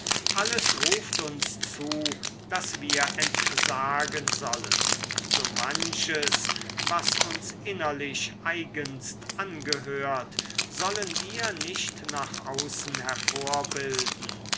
alles ruft uns zu daß wir entsagen sollen so manches was uns innerlich eigenst angehört sollen wir nicht nach außen